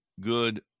good